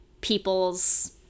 people's